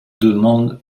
demande